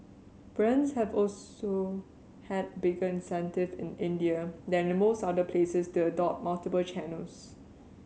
brands have also had bigger incentive in India than in most other places to adopt multiple channels